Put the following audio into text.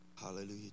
hallelujah